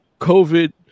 COVID